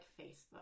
Facebook